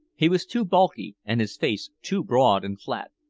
he was too bulky, and his face too broad and flat.